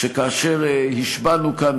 כי האמת היא כואבת.